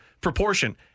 proportion